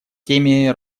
теме